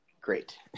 great